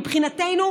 מבחינתנו,